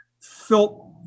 felt